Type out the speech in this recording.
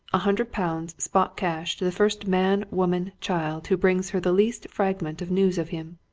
a hundred pounds, spot cash, to the first man, woman, child, who brings her the least fragment of news of him.